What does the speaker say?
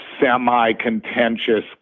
semi-contentious